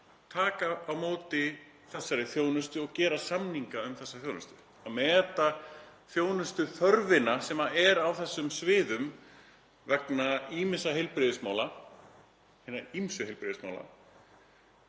taka á móti þessari þjónustu og gera samninga um þessa þjónustu, meta þjónustuþörfina sem er á þessum sviðum vegna hinna ýmsu heilbrigðismála,